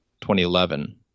2011